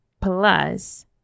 plus